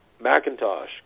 Macintosh